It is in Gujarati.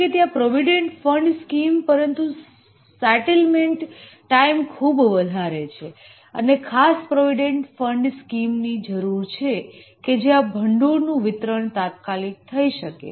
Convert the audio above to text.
જોકે ત્યાં પ્રોવીડેંટ ફંડ સ્કીમ પરંતુ સેટલમેન્ટ ટાઈમ ખૂબ વધારે છે અને ખાસ પ્રોવીડેંટ ફંડ સ્કીમ ની જરૂર છે કે જ્યાં ભંડોળ નું વિતરણ તાત્કાલિક થઈ શકે